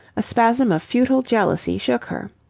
a spasm of futile jealousy shook her.